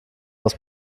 aus